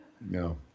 no